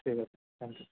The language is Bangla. ঠিক আছে থ্যাংক ইউ